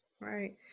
Right